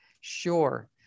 sure